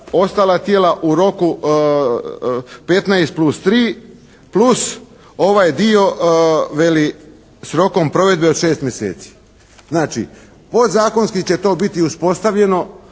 ostala tijela u roku 15 plus 3 plus ovaj dio veli s rokom provedbe od 6 mjeseci. Znači podzakonski će to biti uspostavljeno